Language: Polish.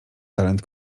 talent